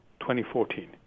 2014